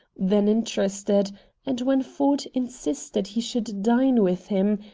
then interested and when ford insisted he should dine with him,